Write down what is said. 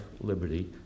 liberty